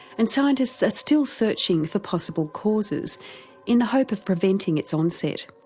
and scientists are still searching for possible causes in the hope of preventing its onset.